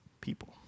people